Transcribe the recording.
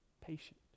Patient